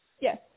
yes